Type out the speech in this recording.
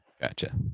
Gotcha